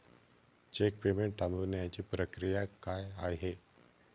Check payment थांबवण्याची प्रक्रिया काय आहे?